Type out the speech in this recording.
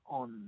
on